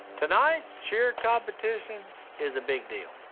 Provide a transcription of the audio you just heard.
tonight's cheer competition is a big deal.